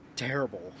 Terrible